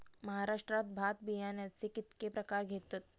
महाराष्ट्रात भात बियाण्याचे कीतके प्रकार घेतत?